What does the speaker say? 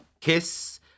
kiss